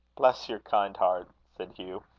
bless your kind heart! said hugh.